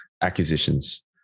acquisitions